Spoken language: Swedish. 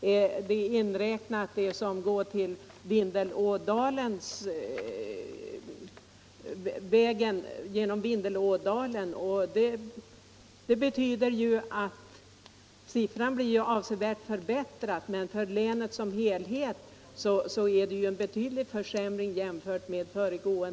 är ju inräknat det som går till vägen genom Vindelådalen. Dessa 10 miljoner utgår enligt den uppgörelse som träffades när man beslöt att inte bygga ut Vindelälven.